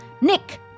nick